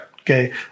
Okay